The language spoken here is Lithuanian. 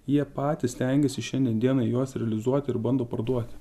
jie patys stengiasi šiandien dienai juos realizuot ir bando parduoti